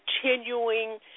continuing